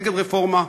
נגד רפורמה,